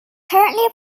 currently